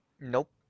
Nope